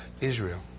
Israel